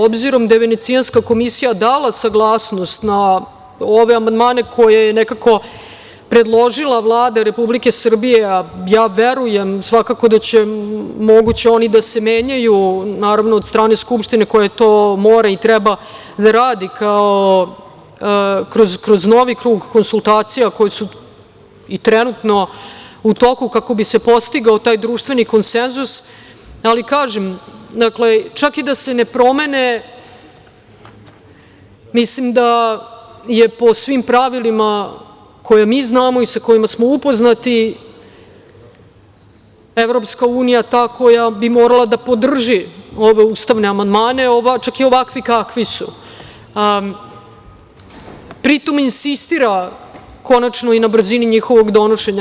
Obzirom da je Venecijanska komisija dala saglasnost na ove amandmane koje je nekako predložila Vlada Republike Srbije, a ja verujem, svakako da je moguće da će oni da se menjaju, naravno, od strane Skupštine koja to mora i treba da radi, kao kroz novi krug konsultacija koje su i trenutno u toku kako bi se postigao taj društveni konsenzus, ali kažem, čak i da se ne promene, mislim da je po svim pravilima koje mi znamo i sa kojima smo upoznati, EU je ta koja bi morala da podrži ove ustavne amandmane, čak i ovakvi kakvi su, pri tom insistira konačno i na brzini njihovog donošenja.